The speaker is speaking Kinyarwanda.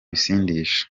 bisindisha